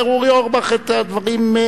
אומר אורי אורבך את הדברים,